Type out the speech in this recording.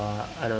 uh I don't